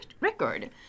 record